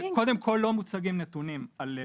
קודם כל לא מוצגים נתונים על הכנסות,